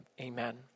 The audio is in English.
amen